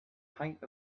height